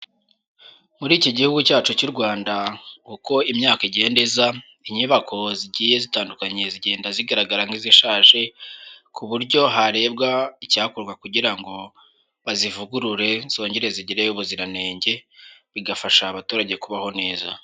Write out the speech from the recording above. Muri iki gihugu cyacu cy'u Rwanda, uko imyaka igenda inyubako zigiye zitandukanye zigenda zigaragara nk'izishaje, ku buryo harebwa icyakorwa kugira ngo bazivugurure zongere zigire ubuziranenge bigafasha abaturage kubaho neza.